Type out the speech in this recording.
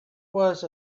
was